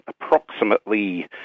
approximately